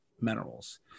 minerals